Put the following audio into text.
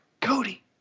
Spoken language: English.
Cody